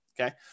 okay